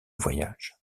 voyage